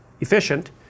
efficient